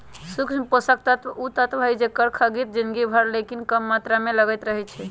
सूक्ष्म पोषक तत्व उ तत्व हइ जेकर खग्गित जिनगी भर लेकिन कम मात्र में लगइत रहै छइ